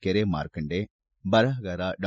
ಕೆರೆ ಮಾರ್ಕಾಂಡೆ ಬರಹಗಾರ ಡಾ